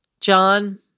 John